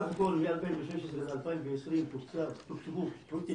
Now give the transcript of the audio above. בסך הכול מ-2016 עד 2020 תוקצבו פרויקטים